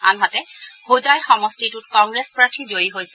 আনহাতে হোজাই সমষ্টিটোত কংগ্ৰেছ প্ৰাৰ্থী জয়ী হৈছে